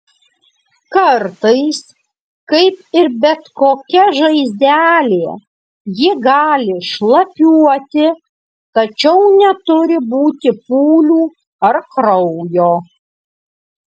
kartais kaip ir bet kokia žaizdelė ji gali šlapiuoti tačiau neturi būti pūlių ar kraujo